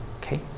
okay